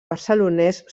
barcelonès